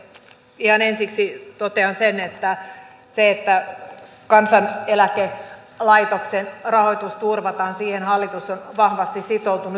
ihan ensiksi totean sen että siihen että kansaneläkelaitoksen rahoitus turvataan hallitus on vahvasti sitoutunut